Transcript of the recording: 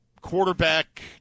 quarterback